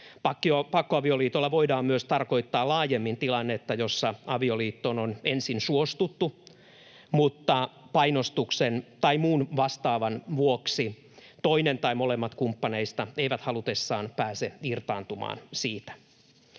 Pakkoavioliitolla voidaan myös tarkoittaa laajemmin tilannetta, jossa avioliittoon on ensin suostuttu, mutta painostuksen tai muun vastaavan vuoksi toinen tai molemmat kumppaneista eivät halutessaan pääse irtaantumaan siitä.